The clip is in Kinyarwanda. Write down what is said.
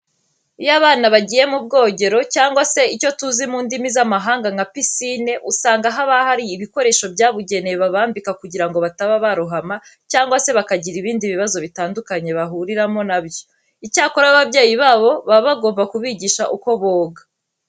Iyo abana bagiye mu bwongero cyangwa se icyo tuzi mu ndimi z'amahanga nka pisine, usanga haba hari ibikoresho byabugenewe babambika kugira ngo bataba barohama cyangwa se bakagira ibindi bibazo bitandukanye bahuriramo na byo. Icyakora ababyeyi babo baba bagomba kubigisha uko boga.